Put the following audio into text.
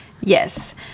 Yes